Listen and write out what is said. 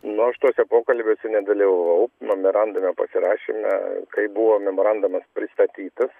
nu aš tuose pokalbiuose nedalyvavau memorandume pasirašėme kai buvo memorandumas pristatytas